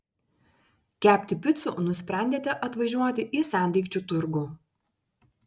kepti picų nusprendėte atvažiuoti į sendaikčių turgų